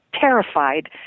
terrified